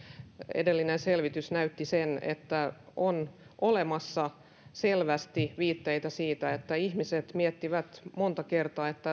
edellinen selvitys näytti sen että on olemassa selvästi viitteitä siitä että ihmiset miettivät monta kertaa